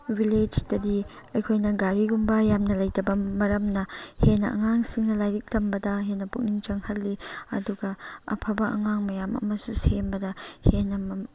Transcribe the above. ꯕꯤꯂꯦꯖꯇꯗꯤ ꯑꯩꯈꯣꯏꯅ ꯒꯥꯔꯤꯒꯨꯝꯕ ꯌꯥꯝꯅ ꯂꯩꯇꯕ ꯃꯔꯝꯅ ꯍꯦꯟꯅ ꯑꯉꯥꯡꯁꯤꯡꯅ ꯂꯥꯏꯔꯤꯛ ꯇꯝꯕꯗ ꯍꯦꯟꯅ ꯄꯨꯛꯅꯤꯡ ꯆꯪꯍꯜꯂꯤ ꯑꯗꯨꯒ ꯑꯐꯕ ꯑꯉꯥꯡ ꯃꯌꯥꯝ ꯑꯃꯁꯨ ꯁꯦꯝꯕꯗ ꯍꯦꯟꯅ